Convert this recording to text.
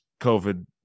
COVID